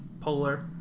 Polar